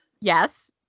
Yes